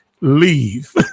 leave